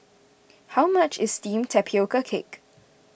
how much is Steamed Tapioca Cake